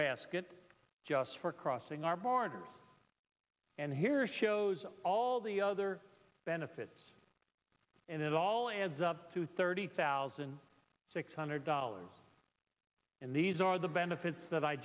basket just for crossing our borders and here shows all the other benefits and it all adds up to thirty thousand six hundred dollars and these are the benefits that i